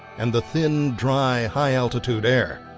and the thin dry high-altitude air.